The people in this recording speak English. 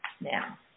Now